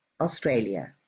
australia